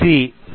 C D